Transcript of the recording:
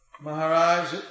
Maharaj